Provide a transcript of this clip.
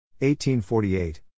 1848